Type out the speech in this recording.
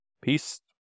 Peace